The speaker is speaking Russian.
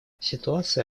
ситуация